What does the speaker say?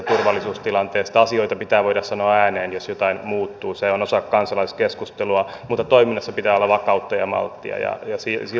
asioita pitää voida sanoa ääneen jos jotain muuttuu se on osa kansalaiskeskustelua mutta toiminnassa pitää olla vakautta ja malttia ja siltä se näyttää